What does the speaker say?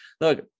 look